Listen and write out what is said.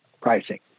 pricing